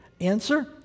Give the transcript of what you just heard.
Answer